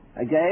again